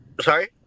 Sorry